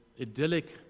idyllic